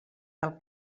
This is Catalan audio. del